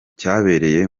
cyabereye